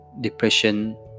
depression